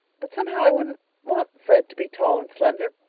but somehow i wouldn't want fred to be tall and slender.